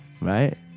right